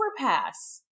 overpass